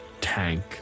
tank